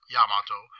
Yamato